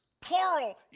Plural